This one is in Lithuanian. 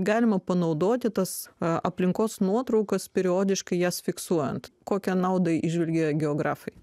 galima panaudoti tas a aplinkos nuotraukas periodiškai jas fiksuojant kokią naudą įžvelgia geografai